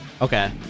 Okay